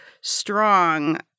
strong